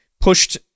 pushed